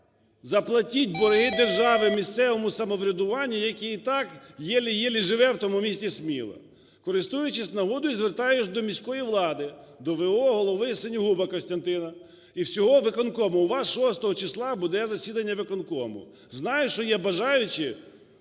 Заплатіть борги держави місцевому самоврядуванню, яке і такеле-еле живе в тому місті Сміла. Користуючись нагодою, звертаюсь до міської влади, дов.о. голови Синьогуба Костянтина і всього виконкому. У вас 6 числа буде засідання виконкому. Знаю, що є бажаючі